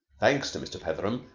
thanks to mr. petheram,